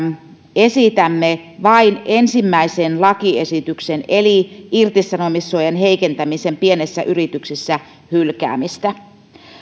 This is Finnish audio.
esitämme vain ensimmäisen lakiesityksen eli irtisanomissuojan heikentämisen pienissä yrityksissä hylkäämistä